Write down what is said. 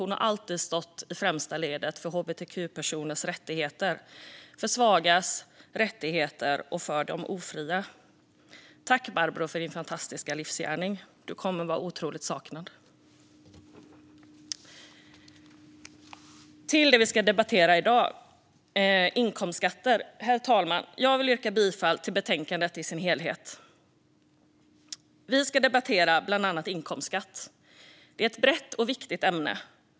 Hon har alltid stått i främsta ledet för hbtq-personers rättigheter, för svagas rättigheter och för de ofria. Tack, Barbro, för din fantastiska livsgärning! Du kommer att vara otroligt saknad. Nu ska jag övergå till dagens debatt om inkomstskatter. Herr talman! Jag yrkar bifall till förslaget i betänkandet i dess helhet. Vi ska debattera bland annat inkomstskatt. Det är ett brett och viktigt ämne.